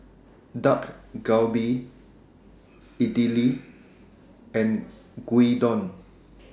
Dak Galbi Idili and Gyudon